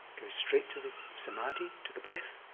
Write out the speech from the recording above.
go straight to the samadhi, to the breath.